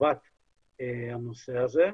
לטובת הנושא הזה.